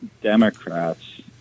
Democrats